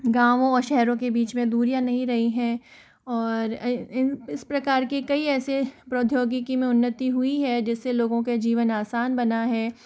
गाँव और शहरों के बीच में दूरियाँ नहीं रही है और इन इस प्रकार की कई ऐसे प्रौद्योगिकी में उन्नति हुई है जिससे लोगों के जीवन आसान बना है